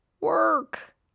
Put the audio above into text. work